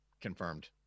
confirmed